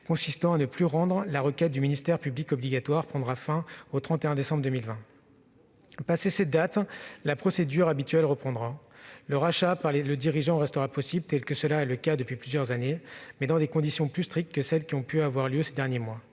consistant à ne plus rendre la requête du ministère public obligatoire prendra fin au 31 décembre 2020. Passée cette date, la procédure habituelle reprendra. Le rachat par le dirigeant restera possible, comme cela est le cas depuis plusieurs années, mais dans des conditions plus strictes que celles qui ont pu avoir cours ces derniers mois.